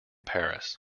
paris